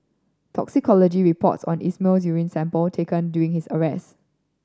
toxicology reports on Ismail's urine sample taken doing his arrest